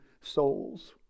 souls